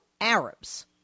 Arabs